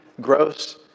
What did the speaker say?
gross